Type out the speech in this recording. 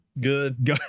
good